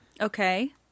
Okay